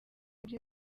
ibyo